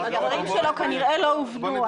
הדברים שלו כנראה לא הובנו,